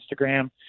Instagram